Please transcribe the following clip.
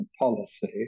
policy